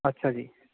ਅੱਛਾ ਜੀ